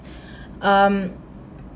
um